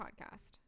podcast